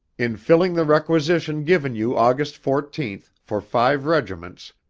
in filling the requisition given you august fourteenth, for five regiments,